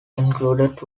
included